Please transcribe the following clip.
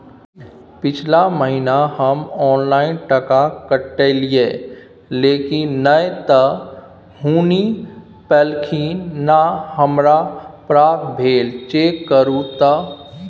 पिछला महीना हम ऑनलाइन टका कटैलिये लेकिन नय त हुनी पैलखिन न हमरा प्राप्त भेल, चेक करू त?